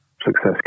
success